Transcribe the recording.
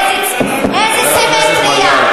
איזו סימטריה?